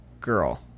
girl